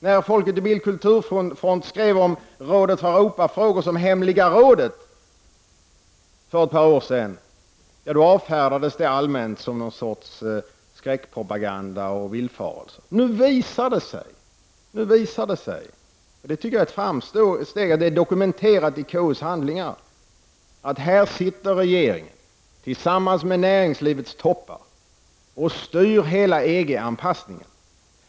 När Folket i Bild — Kulturfront skrev om rådet för Europafrågor som ”hemliga rådet” för ett par år sedan, avfärdades det allmänt som någon sorts skräckpropaganda och villfarelse. Nu visar det sig — och det tycker jag är ett framsteg — att det är dokumenterat i KUs handlingar att här sitter regeringen, tillsammans med näringslivets toppar, och styr hela EG-anpassningen.